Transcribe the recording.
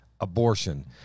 abortion